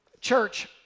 Church